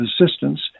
assistance